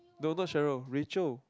no not Sheryl Rachel